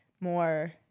more